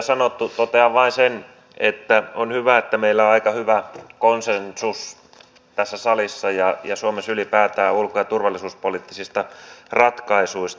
totean vain sen että on hyvä että meillä on aika hyvä konsensus tässä salissa ja ylipäätään suomessa ulko ja turvallisuuspoliittisista ratkaisuista